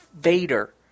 Vader